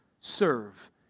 serve